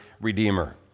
Redeemer